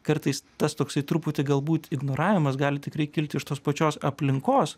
kartais tas toksai truputį galbūt ignoravimas gali tikrai kilti iš tos pačios aplinkos